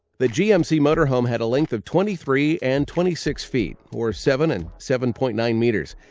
the gmc motorhome had a length of twenty three and twenty six feet, or seven and seven point nine meters,